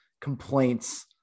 complaints